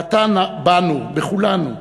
קהתה בנו, בכולנו,